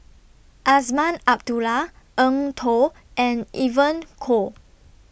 Azman Abdullah Eng Tow and Evon Kow